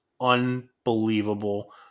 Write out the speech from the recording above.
unbelievable